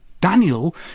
Daniel